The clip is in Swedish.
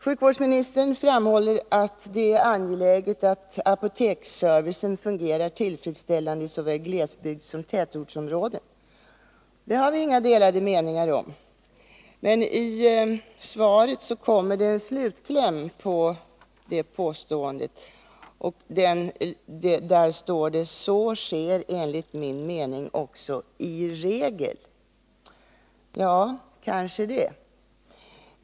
Sjukvårdsministern framhåller att det ”är angeläget att apoteksservicen fungerar tillfredsställande i såväl glesbygdssom tätortsområden”. Det har vi inga delade meningar om. Men i svaret kommer det en slutkläm på det påståendet, nämligen följande: ”Så sker enligt min mening också i regel.” Ja, kanske det.